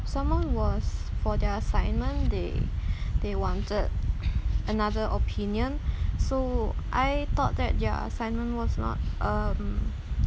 someone was for their assignment they they wanted another opinion so I thought that their assignment was not um